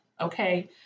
Okay